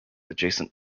adjacent